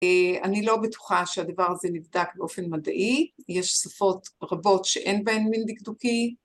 אני לא בטוחה שהדבר הזה נבדק באופן מדעי, יש שפות רבות שאין בהן מין דקדוקי